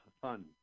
fun